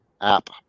app